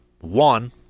one